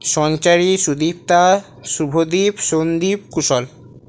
Sanchari Sudipta Subhadip Sandip Kushal